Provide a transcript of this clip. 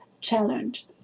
challenge